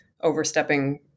overstepping